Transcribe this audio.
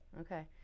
Okay